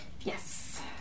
Yes